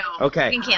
Okay